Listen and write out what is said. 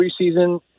preseason